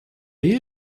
you